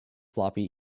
floppy